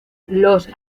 los